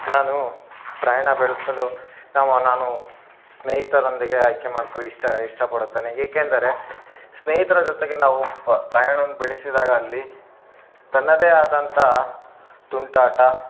ನಾನು ಪ್ರಯಾಣ ಬೆಳೆಸಲು ನಾವು ನಾನು ಸ್ನೇಹಿತರೊಂದಿಗೆ ಆಯ್ಕೆ ಮಾಡ್ಕೊ ಇಷ್ಟ ಇಷ್ಟ ಪಡುತ್ತೇನೆ ಏಕೆಂದರೆ ಸ್ನೇಹಿತರ ಜೊತೆಗೆ ನಾವು ಪ್ರಯಾಣವನ್ನು ಬೆಳೆಸಿದಾಗ ಅಲ್ಲಿ ತನ್ನದೇ ಆದಂಥ ತುಂಟಾಟ